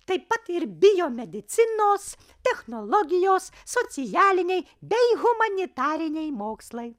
taip pat ir biomedicinos technologijos socialiniai bei humanitariniai mokslai